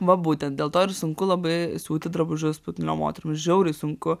va būtent dėl to ir sunku labai siūti drabužius putliom moterim žiauriai sunku